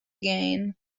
again